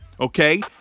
okay